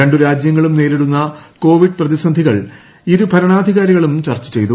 രണ്ടു രാജ്യങ്ങളും നേരിടുന്ന കോവിഡ് പ്രതിസന്ധികൾ ഇരു ഭരണാധികാരികളും ചർച്ച ചെയ്തു